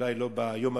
אולי לא ביום הראשון,